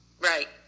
Right